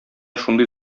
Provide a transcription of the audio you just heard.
шундый